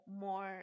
more